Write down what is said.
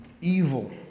evil